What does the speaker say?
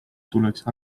tuleks